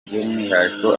by’umwihariko